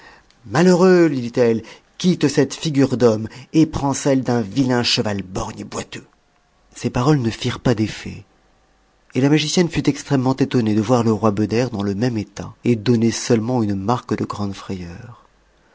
malheureux lui dit-elle quitte cette figure d'homme et prends celle d'un vilain cheval borgne et boiteux ces paroles ne firent pas d'effet et la magicienne fut extrêmement étonnée de voir le roi beder dans le même état et donner seulement une marque de grande frayeur